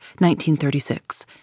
1936